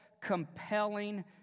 compelling